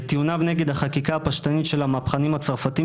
בטיעוניו נגד החקיקה הפשטנית של המהפכנים הצרפתים,